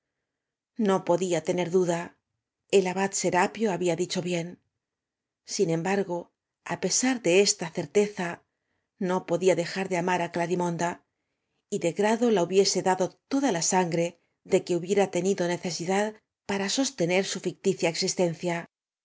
no podía tener duda el abad serapio había dicho bien sin embargo á pesar de eetacerteza do podía dejar de amar á clarimoada y de gra dóla hubiese dado toda ta sangre de que hubie se tenido necesidad para sostener su ñcticia exis